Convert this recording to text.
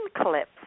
clips